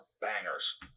bangers